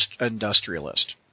industrialist